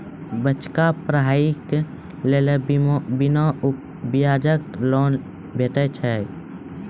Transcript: बच्चाक पढ़ाईक लेल बिना ब्याजक लोन भेटै छै?